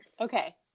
okay